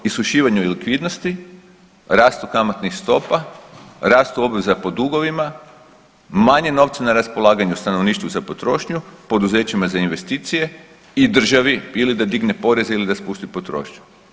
Isušivanju likvidnosti, rastu kamatnih stopa, rastu obveza po dugovima, manje novca na raspolaganju stanovništvu za potrošnju, poduzećima za investicije i državi ili da digne poreze ili da spusti potrošnju.